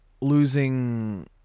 losing